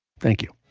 thank you